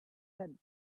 head